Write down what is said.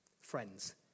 Friends